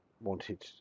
wanted